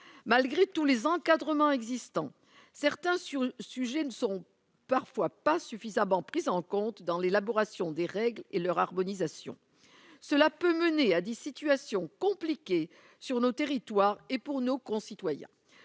malgré tous les encadrements existant certains sur sujet ne sont parfois pas suffisamment pris en compte dans l'élaboration des règles et leur harmonisation cela peut mener à des situations compliquées sur nos territoires et pour nos concitoyens,